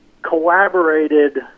collaborated